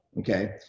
okay